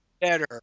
better